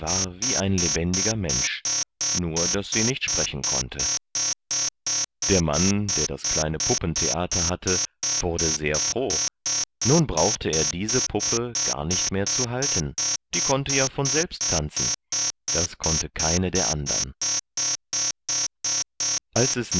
wie ein lebendiger mensch nur daß sie nicht sprechen konnte der mann der das kleine puppentheater hatte wurde sehr froh nun brauchte er diese puppe gar nicht mehr zu halten die konnte ja von selbst tanzen das konnte keine der andern als es